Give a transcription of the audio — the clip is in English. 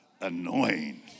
Annoying